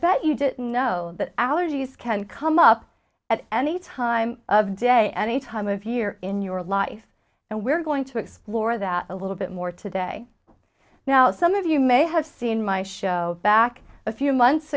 bet you didn't know that allergies can come up at any time of day any time of year in your life and we're going to explore that a little bit more today now some of you may have seen my show back a few months